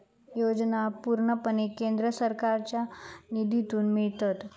योजना पूर्णपणे केंद्र सरकारच्यो निधीतून मिळतत